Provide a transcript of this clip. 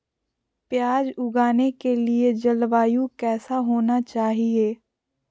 प्याज उगाने के लिए जलवायु कैसा होना चाहिए?